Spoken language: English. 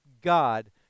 God